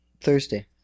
Thursday